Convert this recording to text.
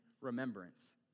remembrance